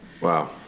Wow